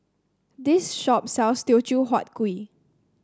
this shop sells Teochew Huat Kuih